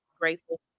grateful